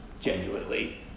genuinely